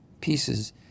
pieces